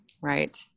Right